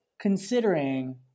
considering